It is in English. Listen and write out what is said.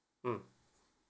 mm